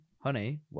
honey